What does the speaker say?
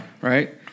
right